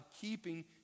keeping